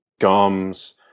gums